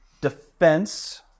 defense